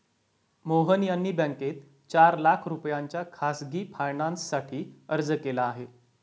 मोहन यांनी बँकेत चार लाख रुपयांच्या खासगी फायनान्ससाठी अर्ज केला आहे